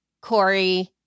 Corey